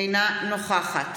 אינה נוכחת